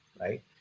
right